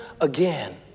again